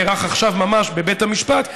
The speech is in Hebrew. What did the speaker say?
נערך עכשיו ממש בבית המשפט,